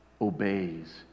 obeys